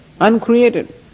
uncreated